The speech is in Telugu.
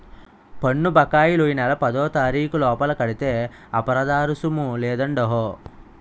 పన్ను బకాయిలు ఈ నెల పదోతారీకు లోపల కడితే అపరాదరుసుము లేదండహో